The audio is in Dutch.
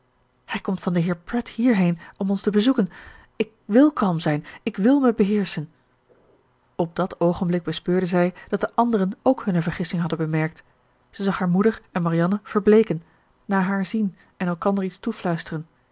hij komt van den heer pratt hierheen om ons te bezoeken ik wil kalm zijn ik wil mij beheerschen op dat oogenblik bespeurde zij dat de anderen ook hunne vergissing hadden bemerkt zij zag haar moeder en marianne verbleeken naar haar zien en elkander iets toefluisteren